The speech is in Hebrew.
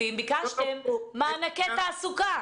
ביקשתם מענקי תעסוקה